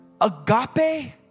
Agape